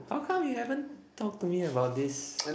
how come you haven't talk to me about this